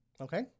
Okay